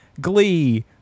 Glee